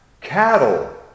cattle